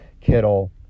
Kittle